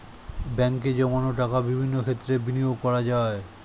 ব্যাঙ্কে জমানো টাকা বিভিন্ন ক্ষেত্রে বিনিয়োগ করা যায়